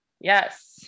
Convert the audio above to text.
Yes